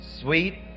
sweet